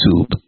youtube